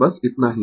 बस इतना ही